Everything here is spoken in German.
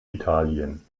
italien